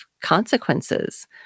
consequences